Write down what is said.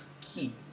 key